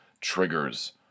triggers